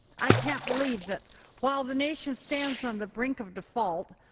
i can't believe that while the nation stands on the brink of default,